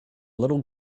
little